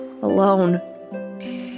Alone